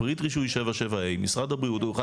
בפריט רישוי 7.7 ה' משרד הבריאות הוא אחד